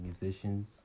musicians